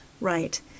right